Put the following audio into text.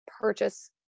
purchase